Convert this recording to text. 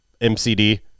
MCD